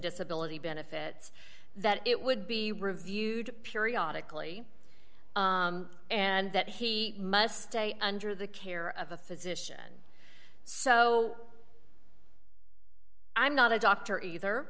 disability benefits that it would be reviewed periodic lee and that he must stay under the care of a physician so i'm not a doctor either